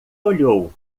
olhou